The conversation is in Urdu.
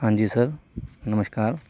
ہاں جی سر نمشکار